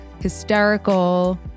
hysterical